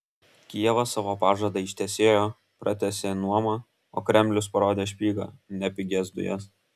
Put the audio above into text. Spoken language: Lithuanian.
kijevas savo pažadą ištesėjo pratęsė nuomą o kremlius parodė špygą ne pigias dujas